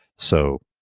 so